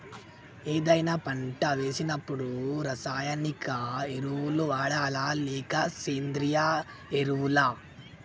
ఏదైనా పంట వేసినప్పుడు రసాయనిక ఎరువులు వాడాలా? లేక సేంద్రీయ ఎరవులా?